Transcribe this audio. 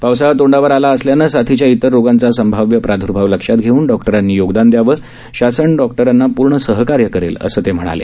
पावसाळा तोंडावर आला असल्याने साथीच्या इतर रोगांचा संभाव्य प्राद्र्भाव लक्षात घेऊन डॉक्टरांनी योगदान द्यावं शासन डॉक्टसांना पूर्ण सहकार्य करेल असं ते म्हणाले